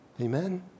Amen